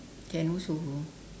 can also go